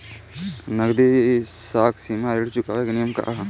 नगदी साख सीमा ऋण चुकावे के नियम का ह?